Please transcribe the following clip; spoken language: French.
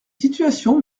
situations